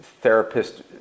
therapist